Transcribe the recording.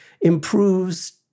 improves